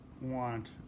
want